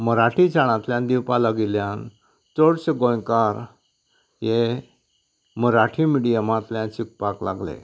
मराठी शाळांतल्यान दिवपाक लागिल्ल्यान चडशें गोंयकार हे मराठी मिडियमांतल्यान शिकपाक लागलें